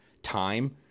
time